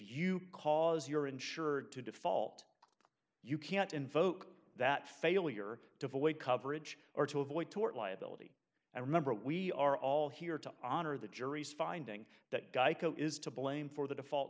you cause your insurer to default you can't invoke that failure to avoid coverage or to avoid tort liability and remember we are all here to honor the jury's finding that geico is to blame for the default